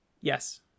yes